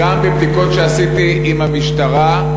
גם מבדיקות שעשיתי עם המשטרה,